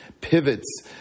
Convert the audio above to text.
pivots